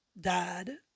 dad